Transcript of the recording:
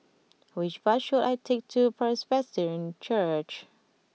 which bus should I take to Presbyterian Church